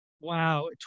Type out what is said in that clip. Wow